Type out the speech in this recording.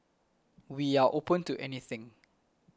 we are open to anything